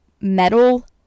metal